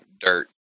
dirt